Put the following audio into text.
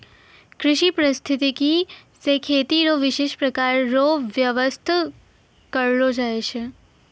कृषि परिस्थितिकी से खेती रो विशेष प्रकार रो व्यबस्था करलो जाय छै